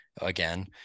again –